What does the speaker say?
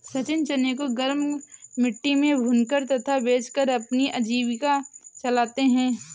सचिन चने को गरम मिट्टी में भूनकर तथा बेचकर अपनी आजीविका चलाते हैं